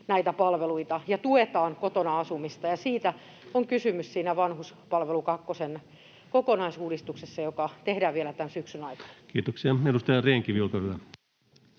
näitä palveluita ja tuetaan kotona asumista, ja siitä on kysymys siinä vanhuspalvelu kakkosen kokonaisuudistuksessa, joka tehdään vielä tämän syksyn aikana. Edustaja Rehn-Kivi, olkaa hyvä.